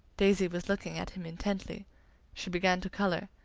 daisy was looking at him intently she began to color.